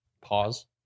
Pause